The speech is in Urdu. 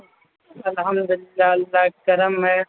الحمدللہ اللہ کرم ہے